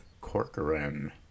Corcoran